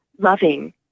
loving